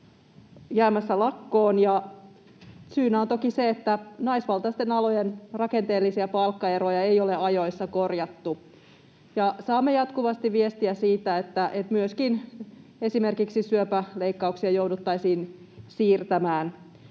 jäämässä lakkoon, ja syynä on toki se, että naisvaltaisten alojen rakenteellisia palkkaeroja ei ole ajoissa korjattu. Saamme jatkuvasti viestiä siitä, että myöskin esimerkiksi syöpäleikkauksia jouduttaisiin siirtämään.